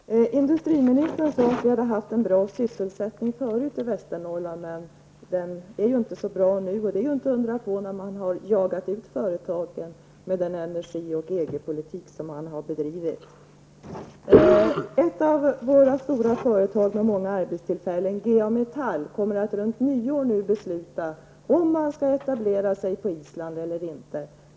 Herr talman! Industriministern sade att sysselsättningen i Norrland tidigare var god men att den inte är så god nu. Det är inte undra på när man har jagat ut företagen med den energi och EG politik som har bedrivits. Ett av Västernorrlands stora företag med många arbetstillfällen, GA Metall, kommer att runt nyår besluta huruvida man skall etablera sig på Island eller inte.